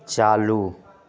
चालू